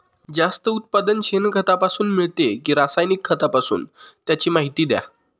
जास्त उत्पादन शेणखतापासून मिळते कि रासायनिक खतापासून? त्याची माहिती द्या